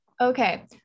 Okay